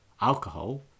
alcohol